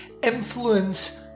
influence